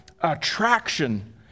attraction